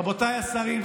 רבותיי השרים,